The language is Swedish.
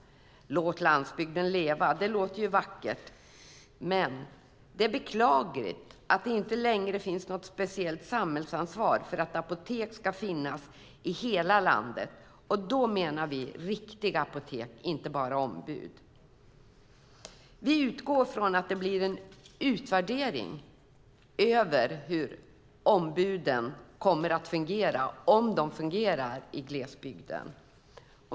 Att låta landsbygden leva låter ju vackert, men det är beklagligt att det inte längre finns något speciellt samhällsansvar för att apotek ska finnas i hela landet. Och då menar vi riktiga apotek, inte bara ombud. Vi utgår från att det blir en utvärdering av hur ombuden kommer att fungera, om de fungerar, i glesbygden.